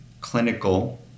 clinical